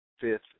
fifth